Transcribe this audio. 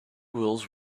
wheels